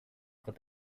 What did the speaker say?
quand